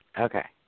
Okay